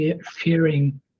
fearing